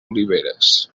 oliveres